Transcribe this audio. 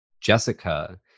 Jessica